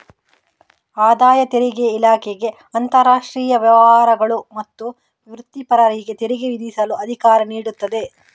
ಆದಾಯ ತೆರಿಗೆ ಇಲಾಖೆಗೆ ಅಂತರಾಷ್ಟ್ರೀಯ ವ್ಯವಹಾರಗಳು ಮತ್ತು ವೃತ್ತಿಪರರಿಗೆ ತೆರಿಗೆ ವಿಧಿಸಲು ಅಧಿಕಾರ ನೀಡುತ್ತದೆ